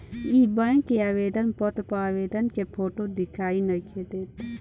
इ बैक के आवेदन पत्र पर आवेदक के फोटो दिखाई नइखे देत